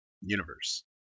universe